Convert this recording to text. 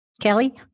Kelly